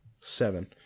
seven